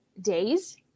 days